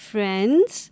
Friends